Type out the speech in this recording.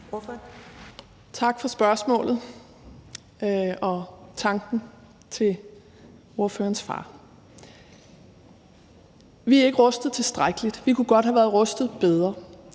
Tak for spørgsmålet og tanken til ordførerens far. Vi er ikke rustet tilstrækkeligt. Vi kunne godt have været rustet bedre